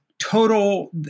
total